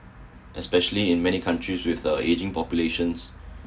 especially in many countries with the aging populations